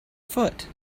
foot